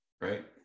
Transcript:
right